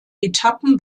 etappen